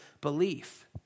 belief